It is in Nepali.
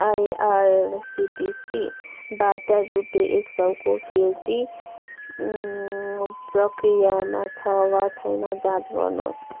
आइआरसिटिसीबाट रुपे एक सौको फिर्ती अँ प्रक्रियामा छ वा छैन जाँच गर्नुहोस्